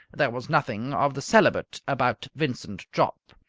there was nothing of the celibate about vincent jopp.